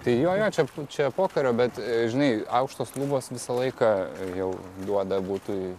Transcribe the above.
tai jo jo čia čia pokario bet žinai aukštos lubos visą laiką jau duoda butui